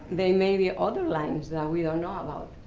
there may be other lines that we don't know about.